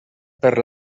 per